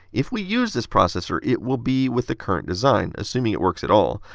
if we use this processor it will be with the current design, assuming it works at all.